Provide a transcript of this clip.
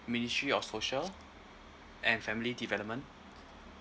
ministry of social and family development